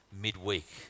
midweek